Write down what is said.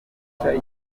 byo